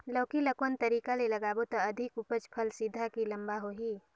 लौकी ल कौन तरीका ले लगाबो त अधिक उपज फल सीधा की लम्बा होही?